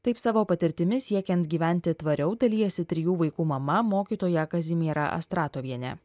taip savo patirtimi siekiant gyventi tvariau dalijasi trijų vaikų mama mokytoja kazimiera astratovienė